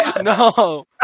no